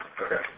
okay